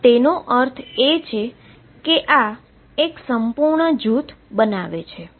જો હું 0 થી L અવધી દ્વારા nπLx dx ને સંકલીત કરું તો તે L2 હશે